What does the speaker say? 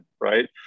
right